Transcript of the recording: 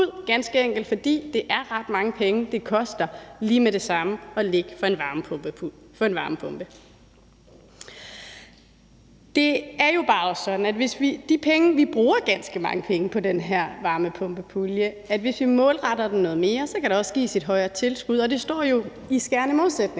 også bare sådan, at hvis vi målretter den noget mere, kan der også gives et højere tilskud,